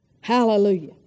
Hallelujah